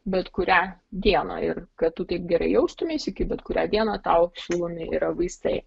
bet kurią dieną ir kad tu taip gerai jaustumeisi kaip bet kurią dieną tau siūlomi yra vaistai